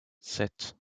sept